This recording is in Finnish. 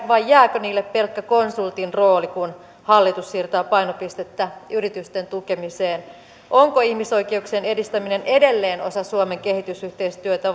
vai jääkö niille pelkkä konsultin rooli kun hallitus siirtää painopistettä yritysten tukemiseen onko ihmisoikeuksien edistäminen edelleen osa suomen kehitysyhteistyötä